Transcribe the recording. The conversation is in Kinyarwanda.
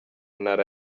ntara